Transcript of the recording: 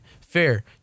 Fair